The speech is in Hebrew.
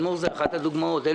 אז תדמור זו אחת הדוגמאות שאני לא.